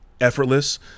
effortless